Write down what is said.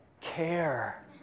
care